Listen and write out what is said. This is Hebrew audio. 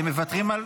אתם מוותרים?